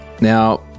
Now